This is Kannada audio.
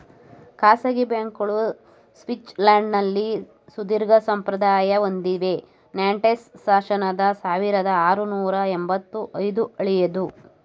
ಖಾಸಗಿ ಬ್ಯಾಂಕ್ಗಳು ಸ್ವಿಟ್ಜರ್ಲ್ಯಾಂಡ್ನಲ್ಲಿ ಸುದೀರ್ಘಸಂಪ್ರದಾಯ ಹೊಂದಿವೆ ನಾಂಟೆಸ್ ಶಾಸನದ ಸಾವಿರದಆರುನೂರು ಎಂಬತ್ತ ಐದು ಹಳೆಯದು